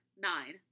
Nine